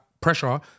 pressure